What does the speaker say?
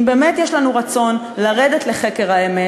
אם באמת יש לנו רצון לרדת לחקר האמת